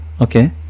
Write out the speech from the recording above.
okay